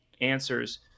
answers